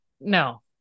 no